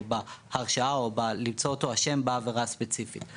בהרשעה או למצוא אותו אשם בעבירה ספציפית.